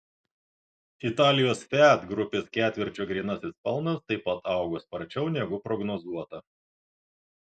italijos fiat grupės ketvirčio grynasis pelnas taip pat augo sparčiau negu prognozuota